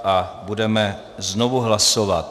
A budeme znovu hlasovat.